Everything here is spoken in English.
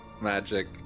magic